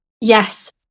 Yes